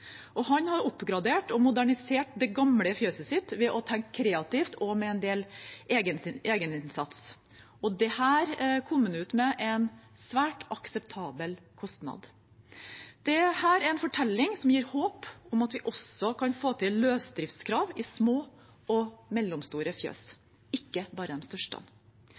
Han har oppgradert og modernisert det gamle fjøset sitt ved å tenke kreativt og en del egeninnsats, og dette kom ut med en svært akseptabel kostnad. Dette er en fortelling som gir håp om at vi også kan få til løsdriftskrav i små og mellomstore fjøs, ikke bare i de største.